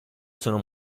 sono